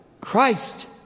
Christ